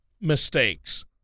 mistakes